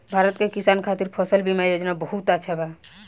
भारत के किसान खातिर फसल बीमा योजना बहुत अच्छा बा